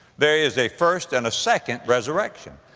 there is a first and a second resurrection.